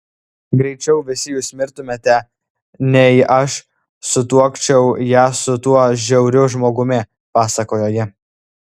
greičiau visi jūs mirtumėte nei aš sutuokčiau ją su tuo žiauriu žmogumi pasakojo ji